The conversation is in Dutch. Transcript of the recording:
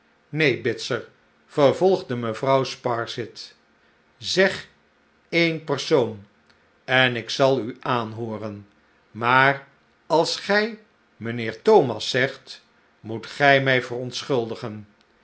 bitzer vervolgde mevrouw sparsit zeg een persoon en ik zal u aanhooren maar als gij mijnheer thomas zegt moet gij mij